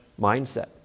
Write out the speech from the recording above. mindset